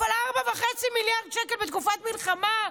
אבל 4.5 מיליארד שקל בתקופת מלחמה?